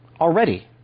Already